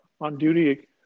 on-duty